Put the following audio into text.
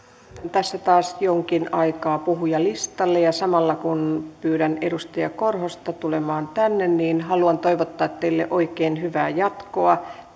tässä taas joksikin aikaa puhujalistalle ja samalla kun pyydän edustaja korhosta tulemaan tänne niin haluan toivottaa teille oikein hyvää jatkoa